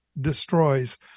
destroys